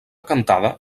cantada